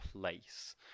place